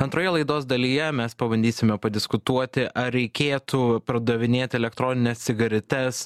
antroje laidos dalyje mes pabandysime padiskutuoti ar reikėtų pardavinėti elektronines cigaretes